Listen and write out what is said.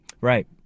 Right